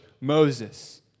Moses